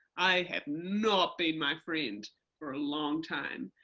i have not been my friend for a long time,